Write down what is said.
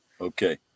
Okay